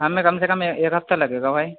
ہمیں کم سے کم ایک ہفتہ لگے گا بھائی